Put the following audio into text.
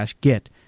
git